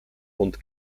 und